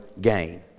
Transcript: gain